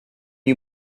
you